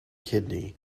kidney